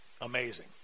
amazing